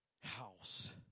house